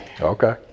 Okay